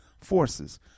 forces